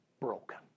broken